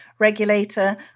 regulator